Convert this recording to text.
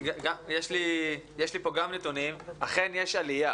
יש לי כאן נתונים שאכן יש עלייה